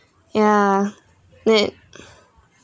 ya ne~